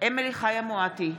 אמילי חיה מואטי,